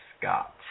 Scott